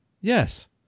Yes